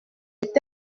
peut